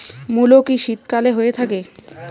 মূলো কি শীতকালে হয়ে থাকে?